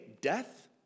death